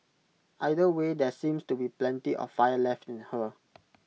either way there seems to be plenty of fire left in her